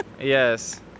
Yes